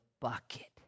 bucket